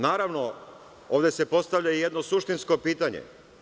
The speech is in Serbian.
Naravno, ovde se postavlja jedno suštinsko pitanje.